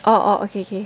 oh oh okay okay